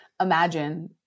imagine